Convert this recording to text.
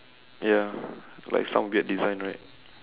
ya like some weird design right